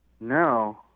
no